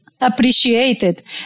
appreciated